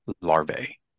larvae